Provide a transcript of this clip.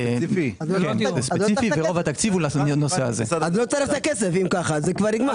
אז לא צריך את הכסף אם כך זה כבר נגמר.